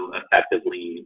effectively